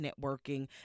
networking